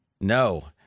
No